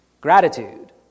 Gratitude